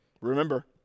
remember